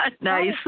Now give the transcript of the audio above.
Nice